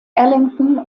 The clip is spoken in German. ellington